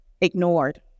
ignored